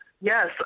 Yes